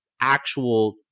actual